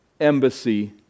embassy